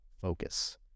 focus